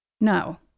no